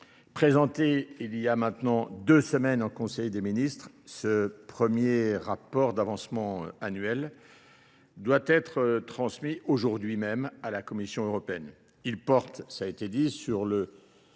présenté il y a maintenant deux semaines en Conseil des ministres, ce premier rapport d'avancement annuel doit être transmis aujourd'hui même à la Commission européenne.